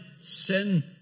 sin